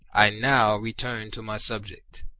i now return to my subject.